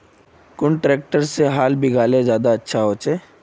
कुन ट्रैक्टर से हाल बिगहा ले ज्यादा अच्छा होचए?